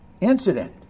incident